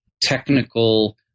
technical